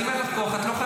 לי אין כוח להחזיר.